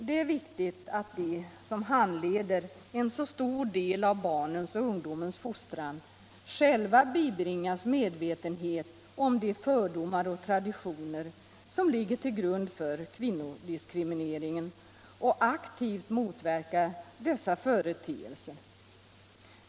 Det är viktigt att de som handhar en så stor del av barnens och ungdomens fostran själva bibringas medvetenhet om de fördomar och traditioner som ligger till grund för kvinnodiskrimineringen och att de aktivt motverkar dessa företeelser.